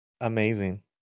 Amazing